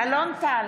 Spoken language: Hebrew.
אלון טל,